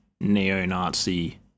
neo-Nazi